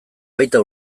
baita